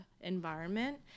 environment